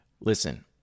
listen